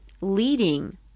leading